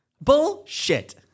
Bullshit